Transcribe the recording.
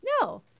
No